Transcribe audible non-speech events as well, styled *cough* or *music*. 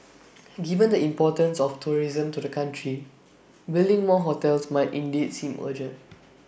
*noise* given the importance of tourism to the country building more hotels might indeed seem urgent